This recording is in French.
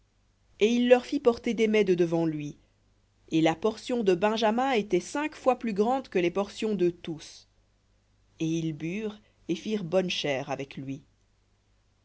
et il leur fit porter des mets de devant lui et la portion de benjamin était cinq fois plus grande que les portions d'eux tous et ils burent et firent bonne chère avec lui